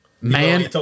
man